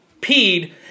peed